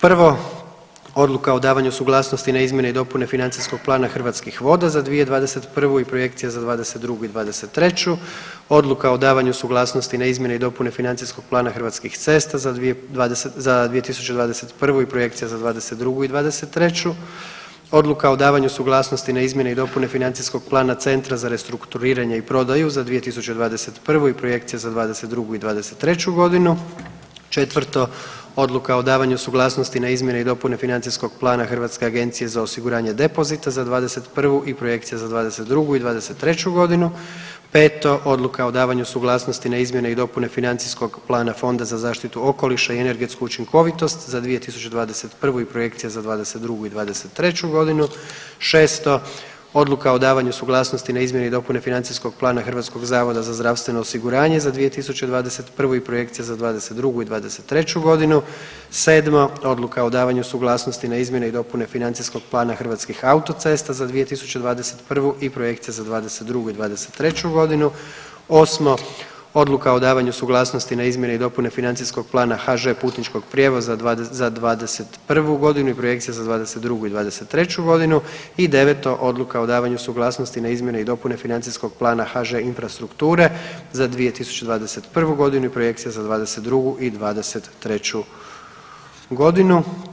Prvo Odluka o davanju suglasnosti na izmjene i dopune financijskog plana Hrvatskih voda za 2021. i projekcija za '22. i '23., Odluka o davanju suglasnosti na izmjene i dopune financijskog plana Hrvatskih cesta za 2021. i projekcija za '22. i '23., Odluka o davanju suglasnosti za izmjene i dopune financijskog plana Centra za restrukturiranje i prodaju za 2021. i projekcija za '22. i 23. godinu, četvrto Odluka o davanju suglasnosti za izmjene i dopune financijskog plana Hrvatske agencije za osiguranje depozita za 2021. i projekcija za '22. i '23. godinu, peto Odluka o davanju suglasnosti za izmjene i dopune financijskog plana Fonda za zaštitu okoliša i energetsku učinkovitost za 2021. i projekcija za '22. i '23. godinu, šesto Odluka o davanju suglasnosti za izmjene i dopune financijskog plana HZZO za 2021. i projekcija za '22. i '23. godinu, sedmo Odluka o davanju suglasnosti za izmjene i dopune financijskog plana Hrvatskih autocesta za 2021. i projekcija za '22. i '23. godinu, osmo Odluka o davanju suglasnosti za izmjene i dopune financijskog plana HŽ Putničkog prijevoza za 2021. i projekcija za '22. i '23. godinu i deveto Odluka o davanju suglasnosti za izmjene i dopune financijskog plana HŽ Infrastrukture za 2021. i projekcija za '22. i '23. godinu.